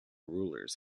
rulers